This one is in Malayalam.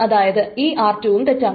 അതായത് ഈ r2 ഉം തെറ്റാണ്